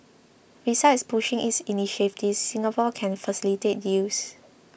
besides pushing its initiatives Singapore can facilitate deals